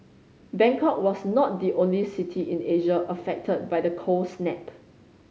Bangkok was not the only city in Asia affected by the cold snap